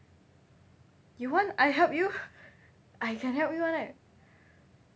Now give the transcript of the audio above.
you want I help you I can help you [one] eh